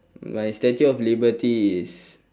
my statue of liberty is